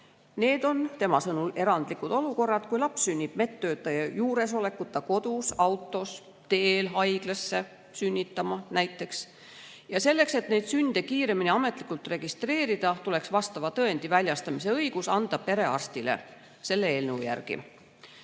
Need on tema sõnul erandlikud olukorrad, kus laps sünnib medtöötaja juuresolekuta kodus, autos, teel haiglasse sünnitama, näiteks. Selleks, et neid sünde kiiremini ametlikult registreerida, tuleks vastava tõendi väljastamise õigus anda perearstile, selle eelnõu järgi.